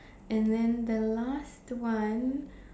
and then the last one